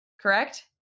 Correct